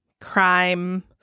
Crime